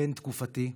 בן תקופתי,